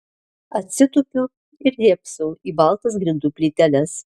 atsitupiu ir dėbsau į baltas grindų plyteles